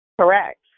Correct